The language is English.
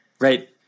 Right